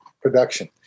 production